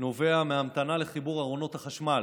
נובע מהמתנה לחיבור ארונות החשמל.